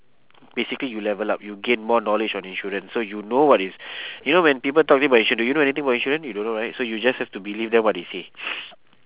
basically you level up you gain more knowledge on insurance so you know what is you know when people talking about insurance do you know anything about insurance you don't know right so you just have to believe them what they say